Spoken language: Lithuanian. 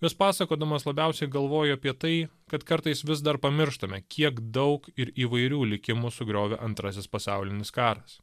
juos pasakodamas labiausiai galvoju apie tai kad kartais vis dar pamirštame kiek daug ir įvairių likimų sugriovė antrasis pasaulinis karas